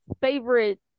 favorite